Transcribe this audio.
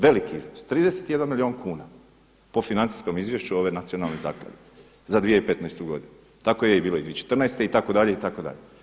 Veliki iznos, 31 milijun kuna po financijskom izvješću ove nacionalne zaklade za 2015. godinu, tako je bilo i 2014. itd., itd.